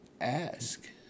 ask